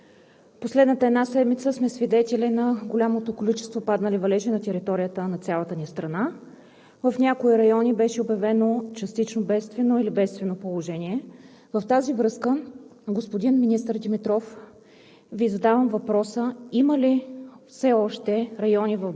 Уважаеми господин Председател, уважаеми колеги! Уважаеми господин министър Димитров, в последната една седмица сме свидетели на голямото количество паднали валежи на територията на цялата ни страна. В някои райони беше обявено частично бедствено или бедствено положение. В тази връзка, господин министър Димитров,